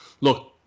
look